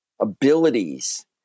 abilities